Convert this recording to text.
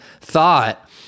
thought